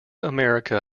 america